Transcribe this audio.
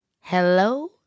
Hello